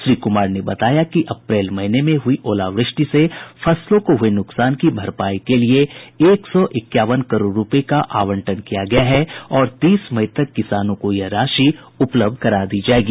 श्री कुमार ने बताया कि अप्रैल महीने में हुई ओलावृष्टि से फसलों को हुए नुकसान की भरपाई के लिये एक सौ इक्यावन करोड़ रूपये का आवंटन किया गया है और तीस मई तक किसानों को यह राशि भी उपलब्ध करा दी जायेगी